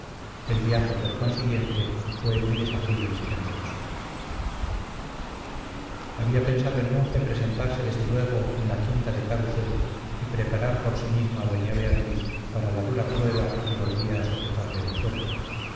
el viaje por consiguiente fue muy desabrido y silencioso había pensado el monje presentarse desde luego en la quinta de carucedo y preparar por sí mismo a doña beatriz para la dura prueba a que volvía a sujetarle la suerte